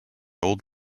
old